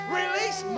release